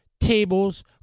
tables